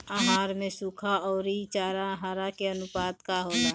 आहार में सुखा औरी हरा चारा के आनुपात का होला?